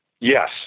Yes